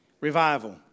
Revival